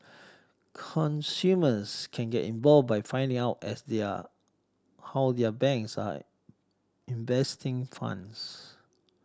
consumers can get involved by finding out as their how their banks are investing funds